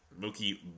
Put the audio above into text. Mookie